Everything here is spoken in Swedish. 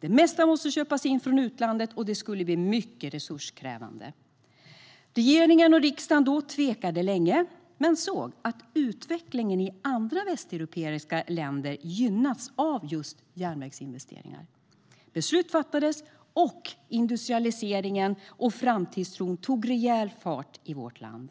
Det mesta skulle behöva köpas in från utlandet, och det skulle bli mycket resurskrävande. Regeringen och riksdagen tvekade länge men såg att utvecklingen i andra västeuropeiska länder gynnats av just järnvägsinvesteringar. Beslut fattades, och industrialiseringen och framtidstron tog rejäl fart i vårt land.